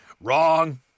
Wrong